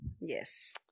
Yes